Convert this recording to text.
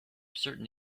certain